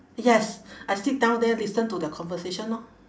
yes I sit down there listen to their conversation lor